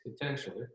potentially